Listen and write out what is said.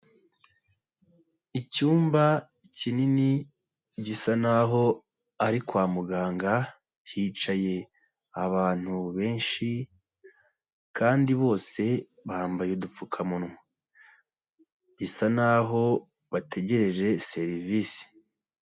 Icyumba kinini gisa naho ari kwa muganga hicaye abantu benshi kandi bose bambaye udupfukamunwa, bisa n'aho bategereje serivisi.